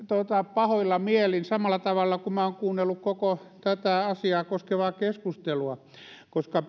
pahoilla mielin samalla tavalla kuin minä olen kuunnellut koko tätä asiaa koskevaa keskustelua koska